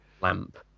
lamp